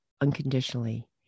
unconditionally